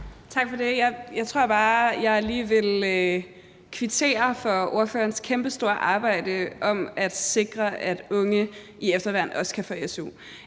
Tak for det. Jeg tror bare, at jeg lige vil kvittere for ordførerens kæmpestore arbejde for at sikre, at unge i efterværn også kan få su.